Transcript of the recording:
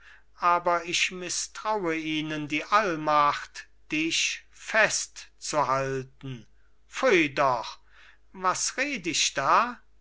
aber ich mißtraue ihnen die allmacht dich festzuhalten pfui doch was red ich da